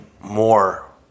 more